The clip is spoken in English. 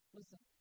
Listen